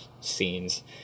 scenes